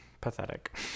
pathetic